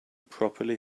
properly